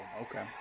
okay